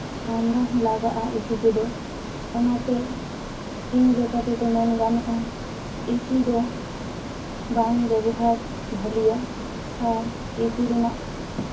ᱴᱷᱟᱱᱰᱟ ᱦᱚᱸ ᱞᱟᱜᱟᱜᱼᱟ ᱮᱥᱤ ᱛᱮᱫᱚ ᱚᱱᱟᱛᱮ ᱤᱧ ᱞᱮᱠᱟ ᱛᱮᱫᱚ ᱢᱮᱱ ᱜᱟᱱᱚᱜᱼᱟ ᱮᱥᱤ ᱫᱚ ᱵᱟᱝ ᱵᱮᱵᱚᱦᱟᱨ ᱵᱷᱟᱹᱞᱤᱭᱟ ᱟᱨ ᱮᱥᱤ ᱨᱮᱱᱟᱜ